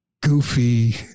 goofy